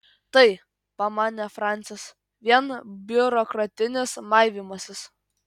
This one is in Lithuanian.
tai pamanė francis vien biurokratinis maivymasis